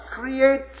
create